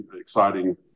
exciting